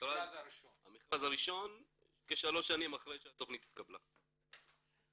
המכרז הראשון כשלוש שנים אחרי שהתקבלה התכנית.